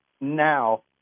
now